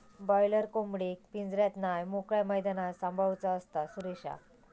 boiler कोंबडेक पिंजऱ्यात नाय मोकळ्या मैदानात सांभाळूचा असता, सुरेशा